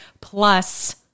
plus